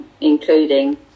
including